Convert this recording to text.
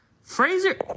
Fraser